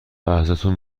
ازتون